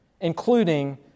including